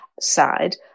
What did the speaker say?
side